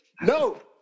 No